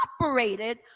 operated